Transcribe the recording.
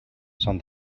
són